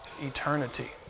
eternity